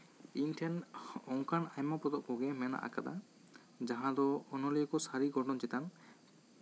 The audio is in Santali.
ᱤᱧ ᱴᱷᱮᱱ ᱚᱱᱠᱟᱱ ᱟᱭᱢᱟ ᱯᱚᱛᱚᱵ ᱠᱚᱜᱮ ᱢᱮᱱᱟᱜ ᱠᱟᱫᱟ ᱡᱟᱦᱟᱸ ᱫᱚ ᱚᱱᱚᱞᱤᱭᱟᱹ ᱠᱚ ᱥᱟᱹᱨᱤ ᱜᱷᱚᱴᱚᱱ ᱪᱮᱛᱟᱱ